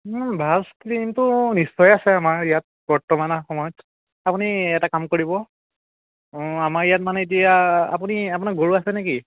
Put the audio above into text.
ভাল ক্ৰীণটো নিশ্চয় আছে আমাৰ ইয়াত বৰ্তমানা সময়ত আপুনি এটা কাম কৰিব আমাৰ ইয়াত মানে এতিয়া আপুনি আপোনাৰ গৰু আছে নেকি